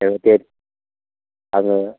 औ दे आङो